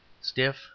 stiff